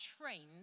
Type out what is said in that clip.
trained